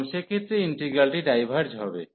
এবং সেক্ষেত্রে ইন্টিগ্রালটি ডাইভার্জ হবে